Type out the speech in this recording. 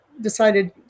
decided